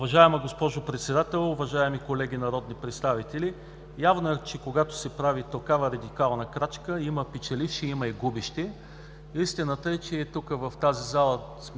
Уважаема госпожо Председател, уважаеми колеги народни представители! Явно е, че когато се прави такава радикална крачка, има печеливши, има и губещи. Истината е, че тук в тази зала